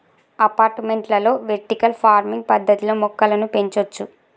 అపార్టుమెంట్లలో vertical farming పద్దతిలో మొక్కలను పెంచొచ్చు